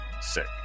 Sick